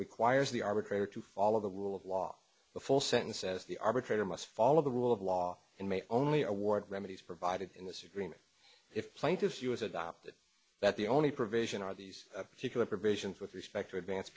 requires the arbitrator to fall of the rule of law the full sentence says the arbitrator must follow the rule of law and may only award remedies provided in this agreement if plaintiffs us adopted that the only provision are these particular provisions with respect to advance